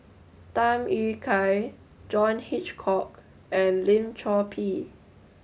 Tham Yui Kai John Hitchcock and Lim Chor Pee